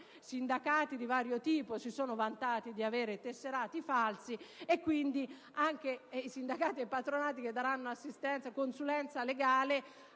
sindacati di vario tipo si sono vantati di avere tesserati falsi e, quindi, anche i sindacati e i patronati che daranno consulenza legale